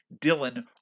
Dylan